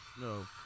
No